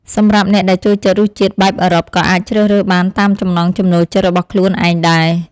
សម្រាប់អ្នកដែលចូលចិត្តរសជាតិបែបអឺរ៉ុបក៏អាចជ្រើសរើសបានតាមចំណង់ចំណូលចិត្តរបស់ខ្លួនឯងដែរ។